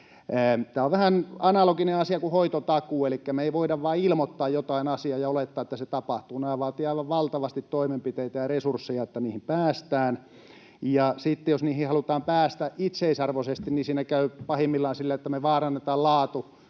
Tämä on vähän analoginen asia hoitotakuun kanssa, elikkä me ei voida vain ilmoittaa jotain asiaa ja olettaa, että se tapahtuu. Nämä vaativat aivan valtavasti toimenpiteitä ja resursseja, että niihin päästään. Ja sitten jos niihin halutaan päästä itseisarvoisesti, niin siinä käy pahimmillaan silleen, että me vaarannetaan laatu